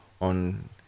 on